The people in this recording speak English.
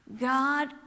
God